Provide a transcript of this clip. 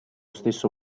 stesso